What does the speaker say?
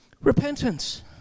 Repentance